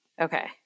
Okay